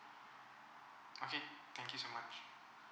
okay thank you so much